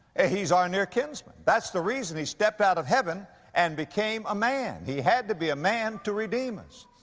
he's our near kinsman. that's the reason he stepped out of heaven and became a man. he had to be a man to redeem us.